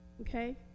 Okay